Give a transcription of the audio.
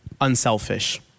Unselfish